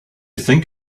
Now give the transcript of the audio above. think